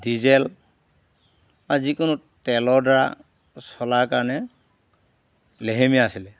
diesel বা যিকোনো তেলৰ দ্বাৰা চলাৰ কাৰণে লেহেমীয়া আছিলে